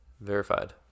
verified